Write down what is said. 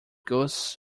ghosts